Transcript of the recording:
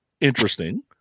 Interesting